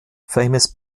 famous